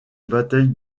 bataille